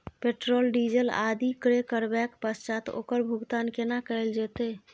Petrol, diesel आदि क्रय करबैक पश्चात ओकर भुगतान केना कैल जेतै?